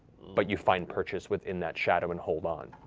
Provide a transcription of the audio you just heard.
but you find purchase within that shadow and hold on.